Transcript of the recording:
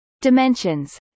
Dimensions